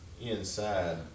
inside